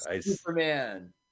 Superman